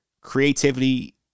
creativity